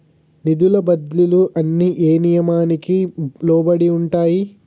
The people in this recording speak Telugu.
నిధుల బదిలీలు అన్ని ఏ నియామకానికి లోబడి ఉంటాయి?